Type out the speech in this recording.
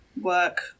work